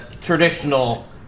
traditional